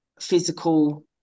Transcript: physical